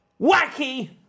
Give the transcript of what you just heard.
wacky